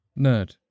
Nerd